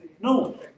No